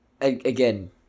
again